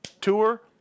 tour